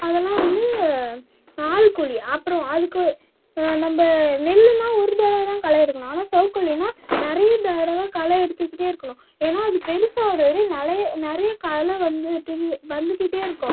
அதெல்லாம் வந்து நாள் கூலி அப்புறம் அதுக்கு நம்ம நெல்லுன்னா ஒரு தடவை தான் களை எடுக்கணும் ஆனால் சவுக்க கூலினா நிறையா தடவை களை எடுத்துக்கிட்டே இருக்கணும் ஏன்னால் அது பெருசாகுற வரைக்கு நிறை நிறைய களை வந்துட்டு வந்துக்கிட்டே இருக்கும்